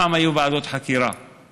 פעם היו ועדות חקירה,